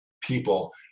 people